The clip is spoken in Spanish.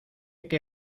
que